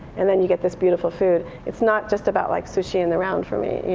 and then you get this beautiful food. it's not just about like sushi in the round for me.